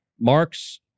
Marx